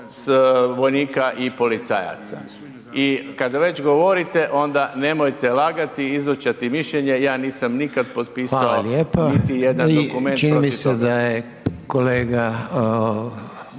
vojnika i policajaca. I kada već govorite, onda nemojte lagati, izvrtati mišljenje, ja nisam nikad potpisao niti jedan dokument